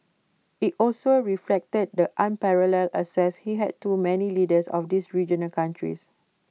IT also reflected the unparalleled access he had to many leaders of these regional countries